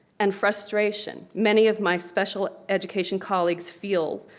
and frustration, many of my special education colleagues feel,